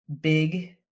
big